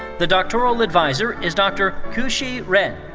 the doctoral adviser is dr. qu-shi ren.